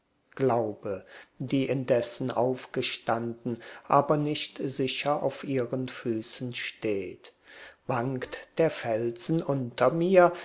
glaube die indessen aufgestanden aber nicht sicher auf ihren füßen steht wankt der felsen unter mir